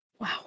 Wow